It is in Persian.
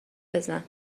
بزن